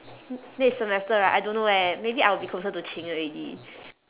n~ next semester right I don't know eh maybe I will be closer to ching already